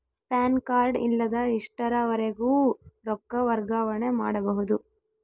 PAN card ಇಲ್ಲದ ಎಷ್ಟರವರೆಗೂ ರೊಕ್ಕ ವರ್ಗಾವಣೆ ಮಾಡಬಹುದು?